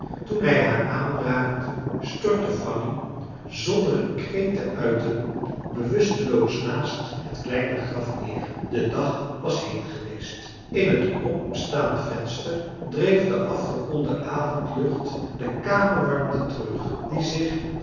toen hij haar aanraakte stortte fanny zonder een kreet te uiten bewusteloos naast het kleine graf neer de dag was heet geweest in het openslaand venster dreef de afgekoelde avondlucht de kamerwarmte terug die zich